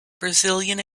brazilian